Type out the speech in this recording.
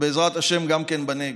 ובעזרת השם גם בנגב.